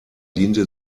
diente